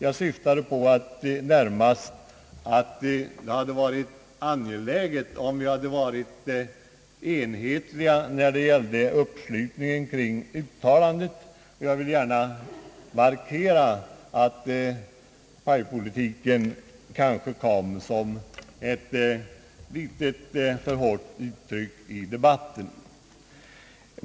Jag syftade närmast på att det hade varit angeläget om vi hade kunnat få en enhällig uppslutning kring uttalandet, och jag vill gärna markera att apartheidpolitik kanske var ett litet för hårt uttryck i debatten.